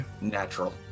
natural